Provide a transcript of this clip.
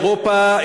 אירופה,